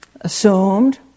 assumed